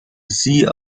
sie